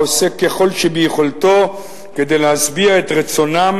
העושה ככל שביכולתו כדי להשביע את רצונם